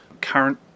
current